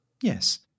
Yes